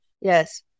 Yes